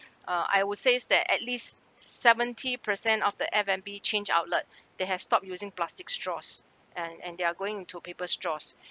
uh I would says that at least seventy percent of the F and B chain outlet they have stopped using plastic straws and and they're going into paper straws